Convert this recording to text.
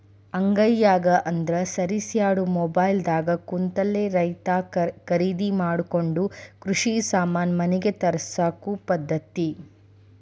ಅಂಗೈಯಾಗ ಅಂದ್ರ ಸರಿಸ್ಯಾಡು ಮೊಬೈಲ್ ದಾಗ ಕುಂತಲೆ ರೈತಾ ಕರಿದಿ ಮಾಡಕೊಂಡ ಕೃಷಿ ಸಾಮಾನ ಮನಿಗೆ ತರ್ಸಕೊ ಪದ್ದತಿ